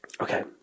Okay